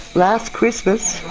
last christmas